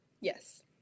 Yes